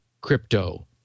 crypto